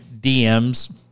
DMs